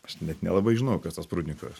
aš net nelabai žinojau kas tas prudnikovas